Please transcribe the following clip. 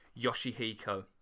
yoshihiko